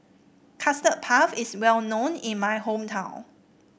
Custard Puff is well known in my hometown